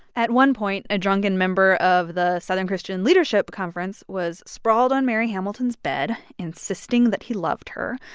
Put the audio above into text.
at one point, a drunken member of the southern christian leadership conference was sprawled on mary hamilton's bed insisting that he loved her.